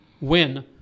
win